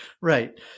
Right